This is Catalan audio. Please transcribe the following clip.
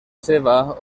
seva